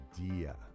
idea